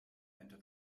enter